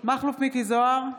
מכלוף מיקי זוהר,